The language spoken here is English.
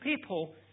people